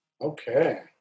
Okay